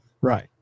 Right